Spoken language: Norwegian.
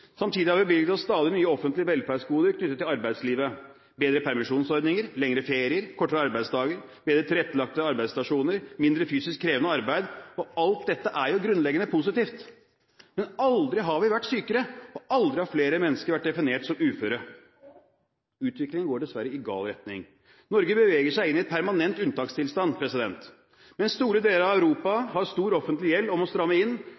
Samtidig har vi bevilget oss stadig nye offentlige velferdsgoder knyttet til arbeidslivet: bedre permisjonsordninger, lengre ferier, kortere arbeidsdager, bedre tilrettelagte arbeidsstasjoner og mindre fysisk krevende arbeid. Alt dette er jo grunnleggende positivt. Men aldri har vi vært sykere, og aldri har flere mennesker vært definert som uføre. Utviklingen går dessverre i gal retning. Norge beveger seg inn i en permanent unntakstilstand. Mens store deler av Europa har stor offentlig gjeld og må stramme inn,